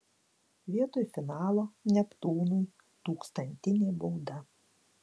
vietoj finalo neptūnui tūkstantinė bauda